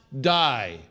die